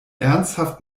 ernsthaft